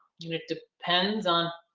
you know it depends on,